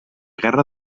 guerra